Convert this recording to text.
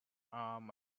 arm